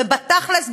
ובתכל'ס,